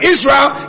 Israel